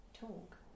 Talk